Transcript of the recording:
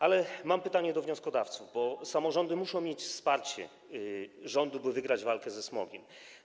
Ale mam pytanie do wnioskodawcy, bo samorządy muszą mieć wsparcie rządu, by wygrać walkę ze smogiem.